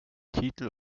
titel